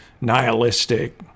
nihilistic